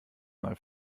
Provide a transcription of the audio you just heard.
mal